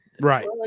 Right